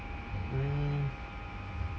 mm